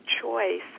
choice